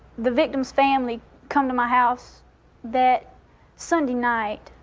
the victim's family come to my house that sunday night.